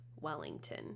wellington